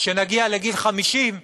וכשנגיע לגיל 50,